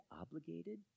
obligated